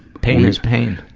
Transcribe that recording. pain is pain.